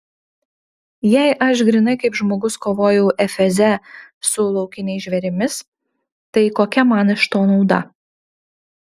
jei aš grynai kaip žmogus kovojau efeze su laukiniais žvėrimis tai kokia man iš to nauda